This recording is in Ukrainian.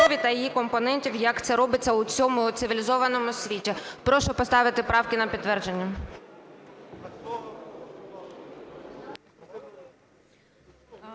Дякую.